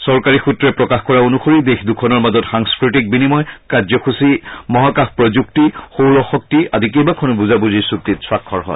চৰকাৰী সূত্ৰই প্ৰকাশ কৰা অনুসৰি দেশ দুখনৰ মাজত সাংস্কৃতিক বিনিময় কাৰ্যসূচী মহাকাশ প্ৰযুক্তি সৌৰশক্তি আদি কেইবাখনো বুজাবুজিৰ চুক্তিত স্বাক্ষৰ হয়